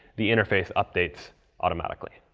the interface updates automatically.